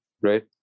right